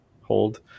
hold